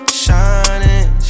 shining